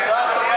ההצעה,